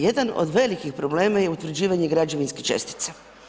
Jedan od velikih problema je utvrđivanje građevinskih čestica.